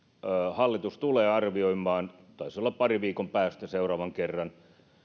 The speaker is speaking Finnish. hallitus tulee arvioimaan taitaa olla parin viikon päästä seuraavan kerran